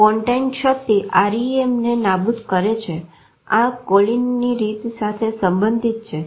pontine ક્ષતી REM ને નાબુદ કરે છે આ કોલીનની રીત સાથે સંબંધિત છે